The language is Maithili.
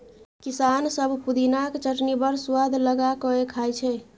किसान सब पुदिनाक चटनी बड़ सुआद लगा कए खाइ छै